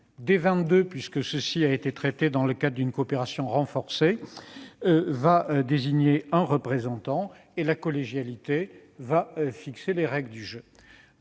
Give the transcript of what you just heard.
22 pays - ce sujet a été traité dans le cadre d'une coopération renforcée -désignera un représentant ; la collégialité fixera les règles du jeu.